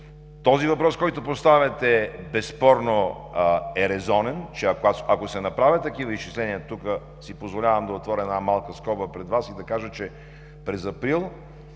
Този въпрос, който поставяте, безспорно е резонен, че ако се направят такива изчисления – тук си позволявам да отворя една малка скоба пред Вас и да кажа, че още през април